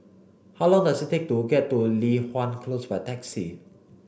how long does it take to get to Li Hwan Close by taxi